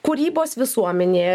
kūrybos visuomenė